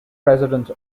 president